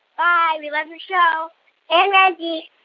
bye. we love your show and reggie